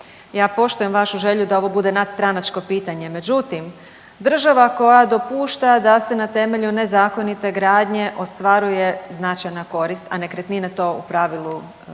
ja poštujem vašu želju da ovo bude nadstranačko pitanje, međutim, država koja dopušta da se na temelju nezakonite gradnje ostvaruje značajna korist, a nekretnine to u pravilu